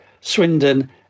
swindon